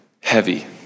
heavy